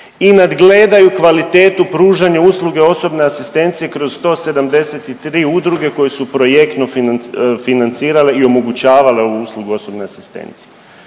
i nadgledaju kvalitetu pružanja usluge osobne asistencije kroz 173 udruge koje su projektno financirale i omogućavale ovu uslugu osobne asistencije.